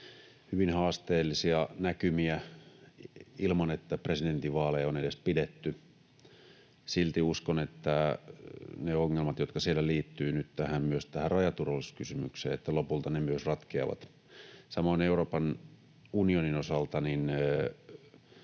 hyvin haasteellisia näkymiä ilman, että presidentinvaaleja on edes pidetty. Silti uskon, että ne ongelmat, jotka siellä liittyvät nyt myös tähän rajaturvallisuuskysymykseen, lopulta ratkeavat. Samoin Euroopan unionin osalta: